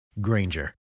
Granger